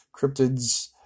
cryptids